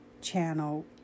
channel